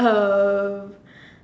um